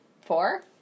four